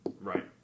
Right